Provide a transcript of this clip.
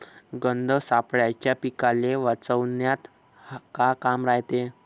गंध सापळ्याचं पीकाले वाचवन्यात का काम रायते?